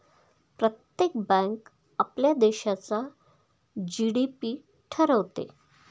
प्रत्येक बँक आपल्या देशाचा जी.डी.पी ठरवते